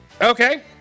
okay